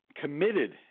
committed